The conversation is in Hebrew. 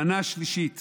מנה שלישית